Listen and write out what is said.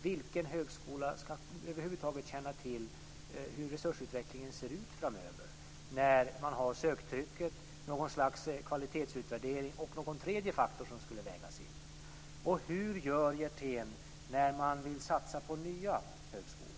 Vilken högskola ska över huvud taget känna till hur resursutvecklingen ser ut framöver när söktryck, något slags kvalitetsutvärdering och en tredje faktor ska vägas in? Och hur gör Hjertén när man vill satsa på nya högskolor?